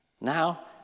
now